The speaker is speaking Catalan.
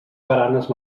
baranes